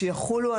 שיחולו,